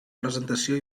presentació